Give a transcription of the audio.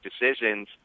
decisions